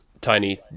tiny